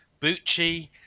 Bucci